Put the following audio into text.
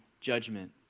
judgment